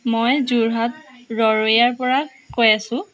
মই যোৰহাট ৰৰৈয়াৰ পৰা কৈ আছোঁ